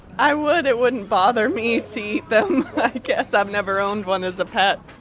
i would, it wouldn't bother me to eat them. i guess i've never owned one as a pet.